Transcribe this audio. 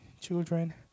Children